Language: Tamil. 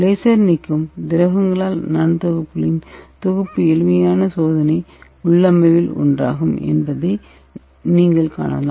லேசர் நீக்கம் திரவங்களால் நானோ துகள்களின் தொகுப்பு எளிமையான சோதனை உள்ளமைவில் ஒன்றாகும் என்பதை நீங்கள் காணலாம்